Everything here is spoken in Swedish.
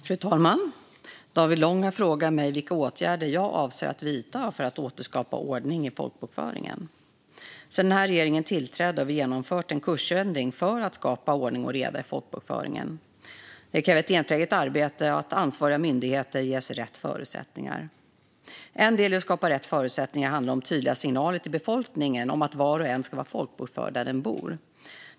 Fru talman! David Lång har frågat mig vilka åtgärder jag avser att vidta för att återskapa ordning i folkbokföringen. Sedan den här regeringen tillträdde har vi genomfört en kursändring för att skapa ordning och reda i folkbokföringen. Det kräver ett enträget arbete och att ansvariga myndigheter ges rätt förutsättningar. En del i att skapa rätt förutsättningar handlar om tydliga signaler till befolkningen om att var och en ska vara folkbokförd där den bor.